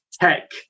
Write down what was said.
tech